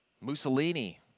Mussolini